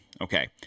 okay